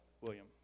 William